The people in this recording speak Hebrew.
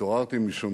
התעוררתי משום